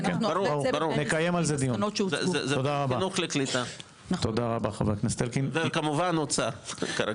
זה קשור לחינוך, לקליטה וכמובן לאוצר.